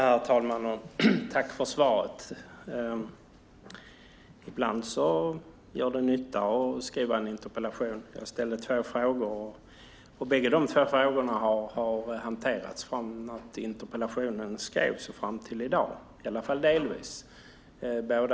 Herr talman! Tack för svaret! Ibland gör det nytta att skriva en interpellation. Jag ställde två frågor, och bägge frågorna har hanterats från det att interpellationen skrevs fram till i dag - i alla fall delvis.